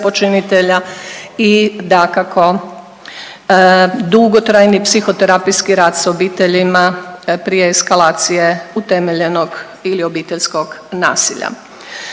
i dakako, dugotrajni psihoterapijski rad s obiteljima prije eskalacije utemeljenog ili obiteljskog nasilja.